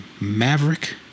Maverick